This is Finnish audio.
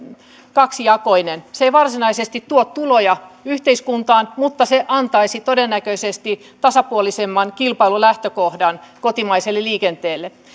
kaksijakoinen se ei varsinaisesti tuo tuloja yhteiskuntaan mutta se antaisi todennäköisesti tasapuolisemman kilpailulähtökohdan kotimaiselle liikenteelle